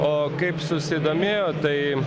o kaip susidomėjo tai